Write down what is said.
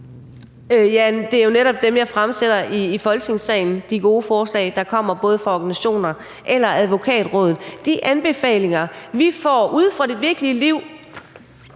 Det er jo netop dem, jeg fremsætter i Folketingssalen, altså de gode forslag, der kommer både fra organisationer og Advokatrådet. De anbefalinger, vi får ude fra det virkelige liv